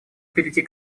перейти